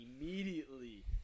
immediately